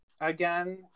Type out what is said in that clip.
again